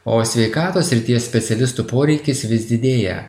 o sveikatos srities specialistų poreikis vis didėja